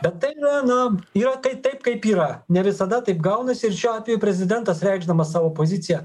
bet tai yra na yra tai taip kaip yra ne visada taip gaunasi ir šiuo atveju prezidentas reikšdamas savo poziciją